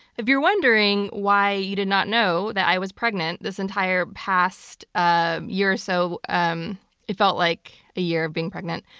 if you're wondering why you did not know that i was pregnant, this entire past ah year or so, um it felt like a year of being pregnant,